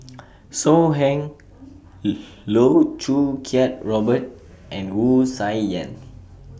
So Heng Loh Choo Kiat Robert and Wu Tsai Yen